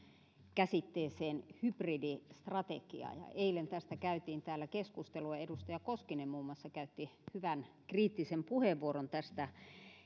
käsitteeseen hybridistrategia eilen tästä käytiin täällä keskustelua ja edustaja koskinen muun muassa käytti hyvän kriittisen puheenvuoron tästä